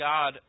God